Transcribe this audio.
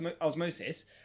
osmosis